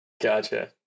Gotcha